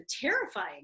terrifying